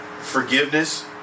forgiveness